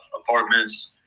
apartments